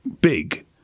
big